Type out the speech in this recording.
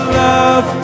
love